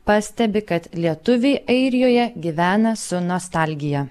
pastebi kad lietuviai airijoje gyvena su nostalgija